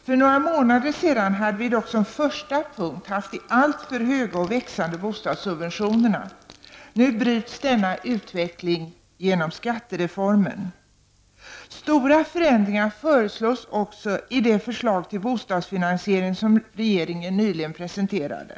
För några månader sedan hade vi dock som första punkt haft de alltför höga och växande bostadssubventionerna. Nu bryts denna utveckling genom skattereformen. Stora förändringar föreslås också i det förslag till bostadsfinansiering som regeringen nyligen presenterade.